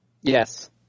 Yes